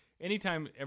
anytime